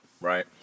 Right